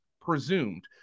presumed